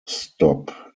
stop